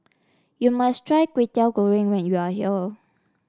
you must try Kwetiau Goreng when you are here